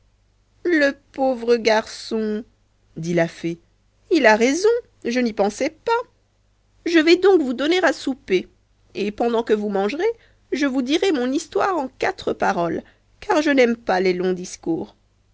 le pauvre garçon dit la fée il a raison je n'y pensais pas je vais donc vous donner à souper et pendant que vous mangerez je vous dirai mon histoire en quatre paroles car je n'aime pas les longs discours